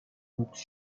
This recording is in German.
wuchs